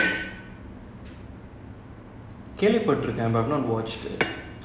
on netflix